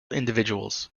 individuals